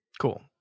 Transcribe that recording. Cool